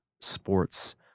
sports